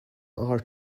our